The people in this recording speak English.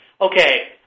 okay